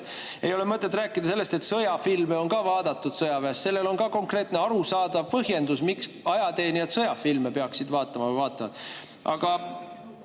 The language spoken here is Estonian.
Ei ole mõtet rääkida sellest, et sõjafilme on ka sõjaväes vaadatud. Sellel on konkreetne arusaadav põhjendus, miks ajateenijad sõjafilme peaksid vaatama või vaatavad.